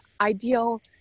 ideal